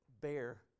bear